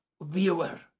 viewer